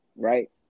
Right